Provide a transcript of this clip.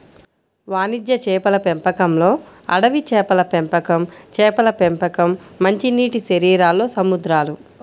వాణిజ్య చేపల పెంపకంలోఅడవి చేపల పెంపకంచేపల పెంపకం, మంచినీటిశరీరాల్లో సముద్రాలు